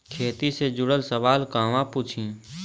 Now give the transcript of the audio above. खेती से जुड़ल सवाल कहवा पूछी?